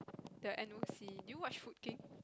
the N_O_C do you watch Food-King